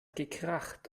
gekracht